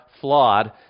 flawed